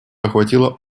охватило